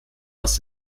aus